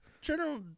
general